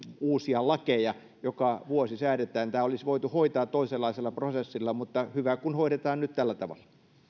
uusia lakeja joka vuosi säädetään tämä olisi voitu hoitaa toisenlaisella prosessilla mutta hyvä kun hoidetaan nyt tällä tavalla